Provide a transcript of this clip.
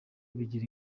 bigira